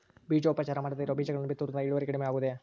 ಬೇಜೋಪಚಾರ ಮಾಡದೇ ಇರೋ ಬೇಜಗಳನ್ನು ಬಿತ್ತುವುದರಿಂದ ಇಳುವರಿ ಕಡಿಮೆ ಆಗುವುದೇ?